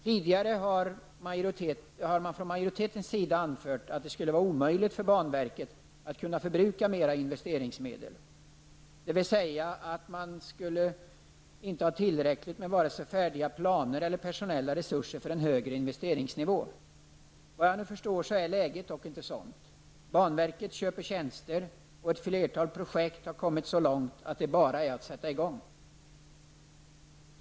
Tidigare har man från majoritetens sida anfört att det skulle vara omöjligt för banverket att förbruka mer investeringsmedel, dvs. att man inte skulle ha tillräckligt med vare sig färdiga planer eller personella resurser för en högre investeringsnivå. Vad jag förstår är läget dock inte sådant. Banverket köper tjänster, och ett flertal projekt har kommit så långt att det bara är att sätta i gång.